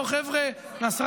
אצל